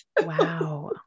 Wow